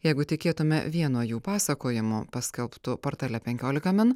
jeigu tikėtume vieno jų pasakojimu paskelbtu portale penkiolika min